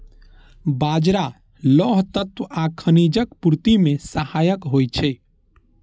बाजरा लौह तत्व आ खनिजक पूर्ति मे सहायक होइ छै